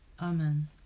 Amen